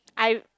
I